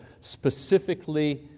specifically